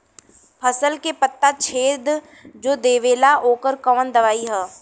फसल के पत्ता छेद जो देवेला ओकर कवन दवाई ह?